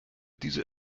diese